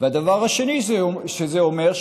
והדבר השני שזה אומר,